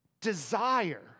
desire